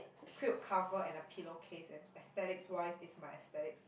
quilt cover and a pillow case and aesthetics wise is my aesthetics